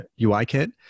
UIKit